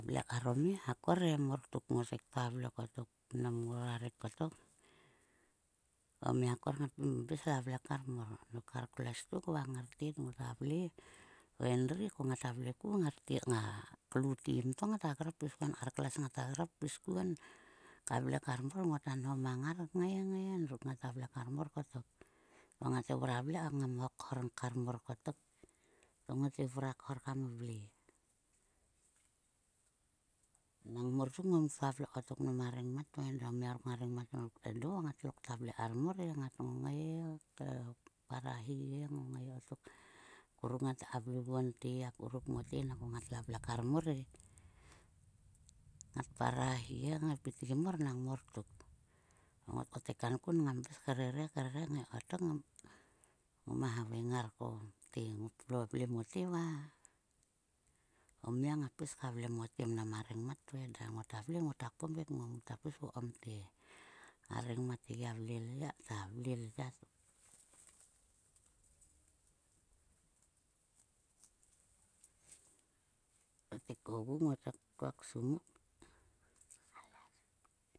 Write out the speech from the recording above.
Vle kar o mia a kor e mor tuk ngotukta vle kottok nang ngora rek kottok. O mia a kor ngam lo koul ka vle karmor. Dok kar klues tuk va ngar tet ngota vle ko endri ngata vle ku ko ngar tet. Nga klu tim to ngata grap pis kuon kar kles ngata grap pis kuon ka vle kar mor kottok. Ko ngata vle ka ngam la khor aromor kottok to ngota vrua khor kam vle ka ngam la khor ormor kottok to ngota vrua khor kam vle. Nang mor tuk ngoma vle ko mnam a reng mat to endo. O mia ruk nga rengmat to edo ngatlo kta vle kar mor e. Ngat ngonao he parahi he ngongai kottok. A kuruk ngat ngai ka vle oguon te, akuruk mote, nangko ngatla vle kar mor e. Ngat parahi he ngai pitgim mor nang mor tuk. Ngot kottek kankun, ngam pis he krere ngai kottok ngoma haveng ngar kote. Ngop lo vle mote va, o mia ngap pis vle mote ma rengmat to ed. Ngota vle ngota kpom yek muta pis vokom te. A rengmat tgia vle ya. Kotek ogu kngai ksimuk.